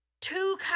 two